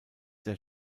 der